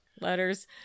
letters